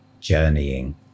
journeying